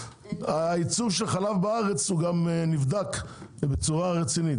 היצור של חלב בארץ הוא גם נבדק בצורה רצינית,